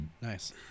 Nice